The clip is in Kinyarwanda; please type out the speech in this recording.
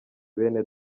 bene